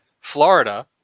florida